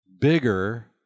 bigger